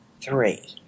three